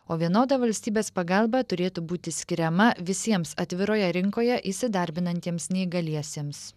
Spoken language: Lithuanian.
o vienodą valstybės pagalba turėtų būti skiriama visiems atviroje rinkoje įsidarbinantiems neįgaliesiems